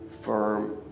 firm